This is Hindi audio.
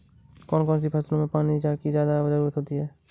कौन कौन सी फसलों में पानी की ज्यादा ज़रुरत होती है?